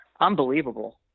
unbelievable